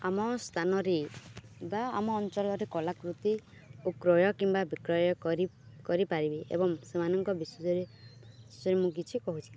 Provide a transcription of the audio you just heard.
ଆମ ସ୍ଥାନରେ ବା ଆମ ଅଞ୍ଚଲରେ କଲାକୃତି କ୍ରୟ କିମ୍ବା ବିକ୍ରୟ କରି କରିପାରିବି ଏବଂ ସେମାନଙ୍କ ବିଷୟରେ ମୁଁ କିଛି କହୁଛିି